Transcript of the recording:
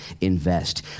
invest